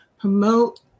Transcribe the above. promote